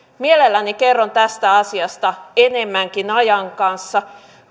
mielelläni kerron tästä asiasta enemmänkin ajan kanssa